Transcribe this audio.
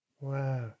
Wow